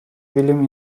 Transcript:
bilim